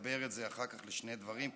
ולחבר את זה אחר כך לשני דברים,